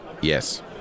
Yes